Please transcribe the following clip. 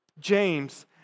James